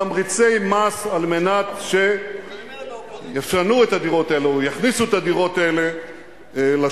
תמריצי מס על מנת שיפנו את הדירות האלה או יכניסו את הדירות האלה לשוק.